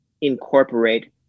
incorporate